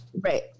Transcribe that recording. Right